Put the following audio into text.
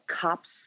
Cops